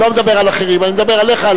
אני לא מדבר על אחרים, אני מדבר עליך.